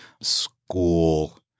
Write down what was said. school